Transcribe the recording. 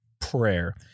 prayer